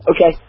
Okay